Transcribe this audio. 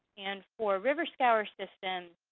and for river scour systems,